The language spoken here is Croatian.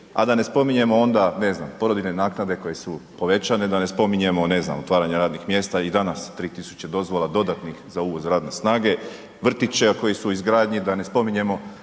a da ne spominjemo onda porodiljne naknade koje su povećane, da ne spominjemo ne znam otvaranje radnih mjesta. I danas 3 tisuće dozvola dodatnih za uvoz radne snage, vrtići koji su u izgradnji, da ne spominjemo